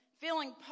feeling